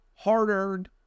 hard-earned